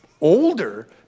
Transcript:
older